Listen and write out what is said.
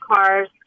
cars